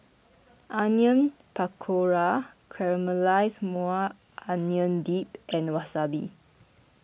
Onion Pakora Caramelized Maui Onion Dip and Wasabi